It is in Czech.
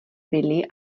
bydlí